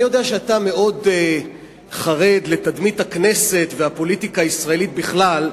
אני יודע שאתה מאוד חרד לתדמית הכנסת והפוליטיקה הישראלית בכלל,